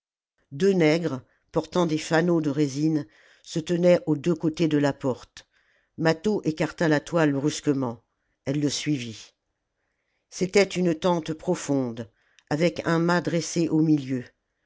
deux nègres portant des fanaux de résine se tenaient aux deux côtés de la porte mâtho écarta la toile brusquement elle le suivit c'était une tente profonde avec un mât dressé au milieu